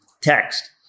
text